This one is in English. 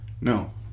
No